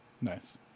nice